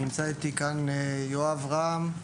נמצא איתי יואב רם,